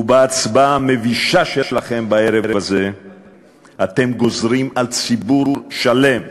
ובהצבעה המבישה שלכם בערב הזה אתם גוזרים על ציבור שלם,